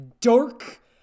dark